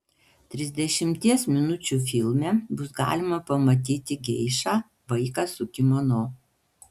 trisdešimties minučių filme bus galima pamatyti geišą vaiką su kimono